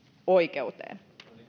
oikeuteen